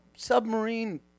Submarine